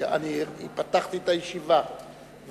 אני פתחתי את הישיבה ואמרתי,